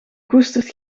koestert